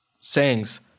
sayings